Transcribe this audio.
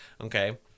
Okay